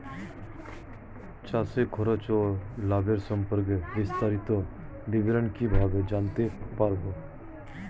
চাষে খরচ ও লাভের সম্পর্কে বিস্তারিত বিবরণ কিভাবে জানতে পারব?